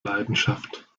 leidenschaft